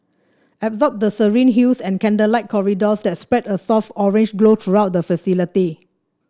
absorb the serene hues and candlelit corridors that spread a soft orange glow throughout the facility